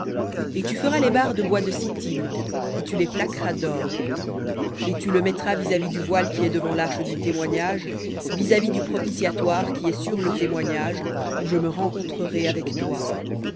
et tu feras les barres de bois de sittim et tu les plaqueras dor et tu le mettras vis-à-vis du voile qui est devant l'arche du témoignage vis-à-vis du propitiatoire qui est sur le témoignage où je me rencontrerai avec toi